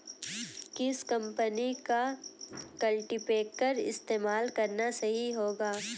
किस कंपनी का कल्टीपैकर इस्तेमाल करना सही होगा?